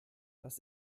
das